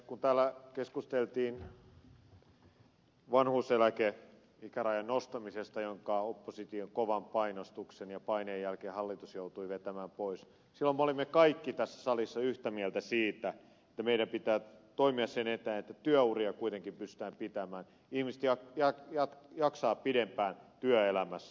kun täällä keskusteltiin vanhuuseläkeikärajan nostamisesta jonka opposition kovan painostuksen ja paineen jälkeen hallitus joutui vetämään pois silloin me olimme kaikki tässä salissa yhtä mieltä siitä että meidän pitää toimia sen eteen että työuria kuitenkin pystytään pidentämään ihmiset jaksavat pidempään työelämässä